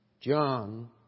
John